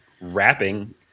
rapping